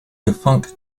defunct